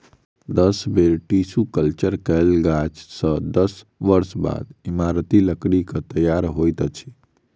दस बेर tissue culture कयल गाछ सॅ दस वर्ष बाद इमारती लकड़ीक तैयार होइत अछि